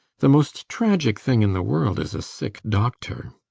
the most tragic thing in the world is a sick doctor.